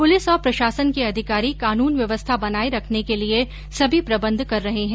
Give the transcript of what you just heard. police और प्रशासन के अधिकारी कानून व्यवस्था बनाये रखने के लिये सभी प्रबंध कर रहे हैं